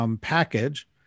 package